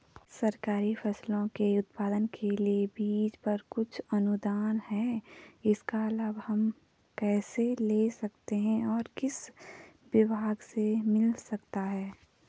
सरकारी फसलों के उत्पादन के लिए बीज पर कुछ अनुदान है इसका लाभ हम कैसे ले सकते हैं और किस विभाग से मिल सकता है?